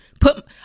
put